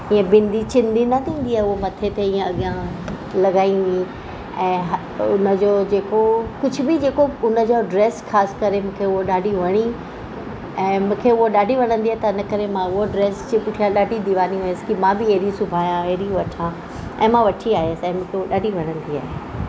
ईअं बिंदी चिंदी न थींदी आहे हो मथे ते ईअं अॻियां लाॻाइ हईं ऐं हा उनजो जेको कुछ बि जेको उनजो ड्रेस ख़ासि करे मूंखे उहो ॾाढी वणी ऐं मूंखे उहा ॾाढी वणंदी आहे त इन करे मां हूअ ड्रेस जे पुठियां ॾाढी दीवानी होयसि की मां बि आहिड़ी सिबायां अहिड़ी वठां ऐं मां वठी आयसि ऐं मूंखे उहो ॾाढी वणंदी आहे